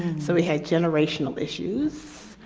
so he had generational issues.